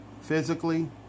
physically